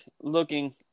looking